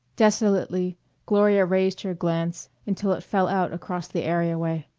desolately gloria raised her glance until it fell out across the areaway.